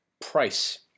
price